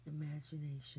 Imagination